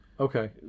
okay